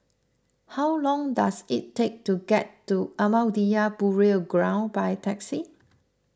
how long does it take to get to Ahmadiyya Burial Ground by taxi